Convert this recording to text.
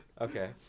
Okay